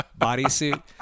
bodysuit